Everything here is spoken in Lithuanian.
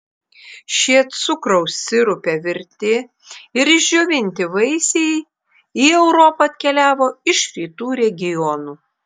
šie cukraus sirupe virti ir išdžiovinti vaisiai į europą atkeliavo iš rytų regionų